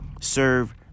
serve